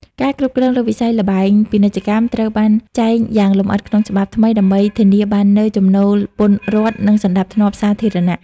ការគ្រប់គ្រងលើវិស័យល្បែងពាណិជ្ជកម្មត្រូវបានចែងយ៉ាងលម្អិតក្នុងច្បាប់ថ្មី ដើម្បីធានាបាននូវចំណូលពន្ធរដ្ឋ និងសណ្ដាប់ធ្នាប់សាធារណៈ។